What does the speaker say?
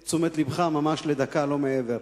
את תשומת לבך ממש לדקה, לא מעבר,